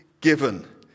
given